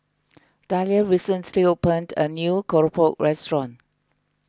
Dalia recently opened a new Keropok restaurant